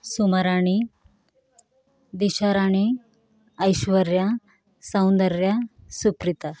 Sumarani Disharani Aishwarya Soundarya Suprita